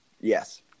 Yes